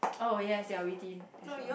oh yes you are witty as well